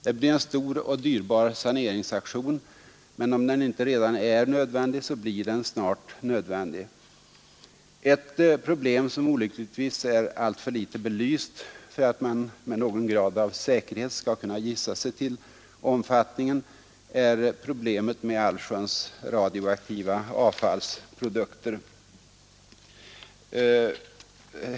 Det blir en stor och dyrbar saneringsaktion, men om den inte redan är nödvändig så blir den snart nödvändig. Ett problem som olyckligtvis är alltför litet belyst för att man med någon grad av säkerhet skall kunna gissa sig till omfattningen är problemet med allsköns radioaktiva avfallsprodukter.